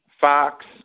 Fox